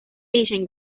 asian